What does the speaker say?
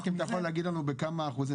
רק אם אתה יכול להגיד לנו בכמה אחוזים,